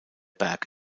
berg